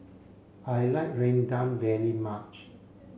I like Rendang very much